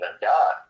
god